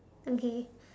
okay